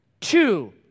two